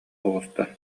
оҕуста